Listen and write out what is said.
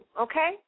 okay